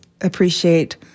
appreciate